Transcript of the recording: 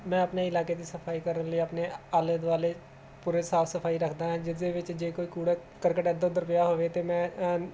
ਮੈਂ ਆਪਣੇ ਇਲਾਕੇ ਦੀ ਸਫਾਈ ਕਰਨ ਲਈ ਆਪਣੇ ਆਲੇ ਦੁਆਲੇ ਪੂਰੇ ਸਾਫ ਸਫਾਈ ਰੱਖਦਾ ਜਿਹਦੇ ਵਿੱਚ ਜੇ ਕੋਈ ਕੂੜਾ ਕਰਕਟ ਇੱਧਰ ਉੱਧਰ ਪਿਆ ਹੋਵੇ ਤਾਂ ਮੈਂ